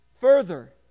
Further